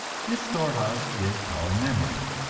this storehouse is our memory,